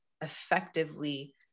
effectively